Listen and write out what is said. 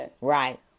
right